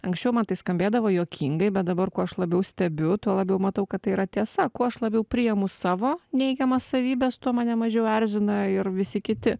anksčiau man tai skambėdavo juokingai bet dabar kuo aš labiau stebiu tuo labiau matau kad tai yra tiesa kuo aš labiau priimu savo neigiamas savybes tuo mane mažiau erzina ir visi kiti